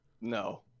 No